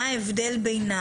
מה ההבדל בינה,